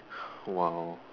!wow!